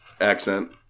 accent